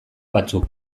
batzuk